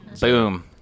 Boom